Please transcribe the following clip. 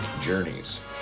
journeys